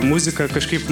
muzika kažkaip